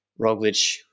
Roglic